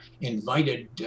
invited